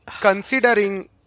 considering